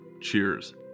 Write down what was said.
cheers